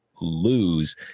lose